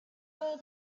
will